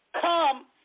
come